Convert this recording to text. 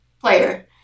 player